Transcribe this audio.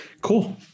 cool